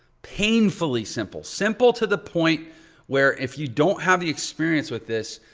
painfully simple, simple to the point where if you don't have the experience with this,